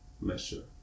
measure